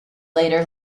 later